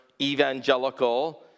evangelical